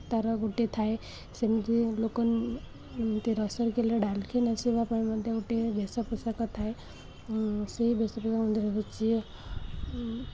ତା'ର ଗୋଟେ ଥାଏ ସେମିତି ଲୋକ ଏମିତି ରସରକେଲି ଡାଲଖାଇ ନାଚିବା ପାଇଁ ମଧ୍ୟ ଗୋଟେ ବେଶପୋଷାକ ଥାଏ ସେହି ବେଶପୋଷାକ ମଧ୍ୟରେ ହେଉଛି